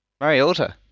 Mariota